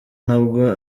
nabwo